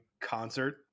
concert